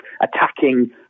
attacking